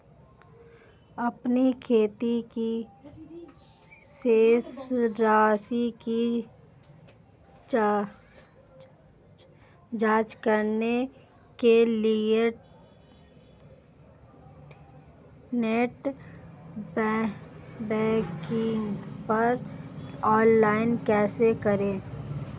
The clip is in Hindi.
अपने खाते की शेष राशि की जांच करने के लिए नेट बैंकिंग पर लॉगइन कैसे करें?